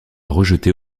rejeté